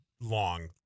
long